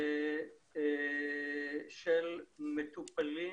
של מטופלים,